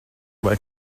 vai